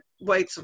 white